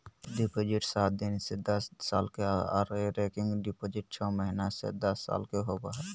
fixed deposit सात दिन से दस साल के आर रेकरिंग डिपॉजिट छौ महीना से दस साल के होबय हय